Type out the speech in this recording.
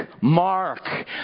Mark